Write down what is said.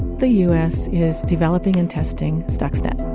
the u s. is developing and testing stuxnet